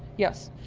yes.